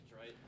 right